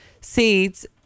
seeds